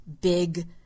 big